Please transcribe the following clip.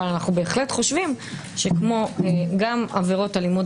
אבל אנו בהחלט חושבים שגם עבירות אלימות